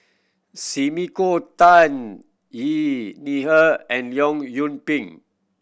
Sumiko Tan Xi Ni Er and Leong Yoon Pin